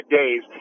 days